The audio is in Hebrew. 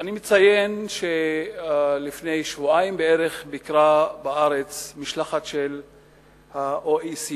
אני מציין שלפני שבועיים בערך ביקרה בארץ משלחת של ה-OECD